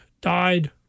died